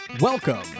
welcome